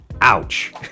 Ouch